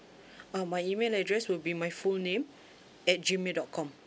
uh my email address will be my full name at gmail dot com